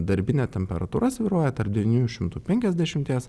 darbinė temperatūra svyruoja tarp devynių šimtų penkiasdešimties